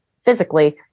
physically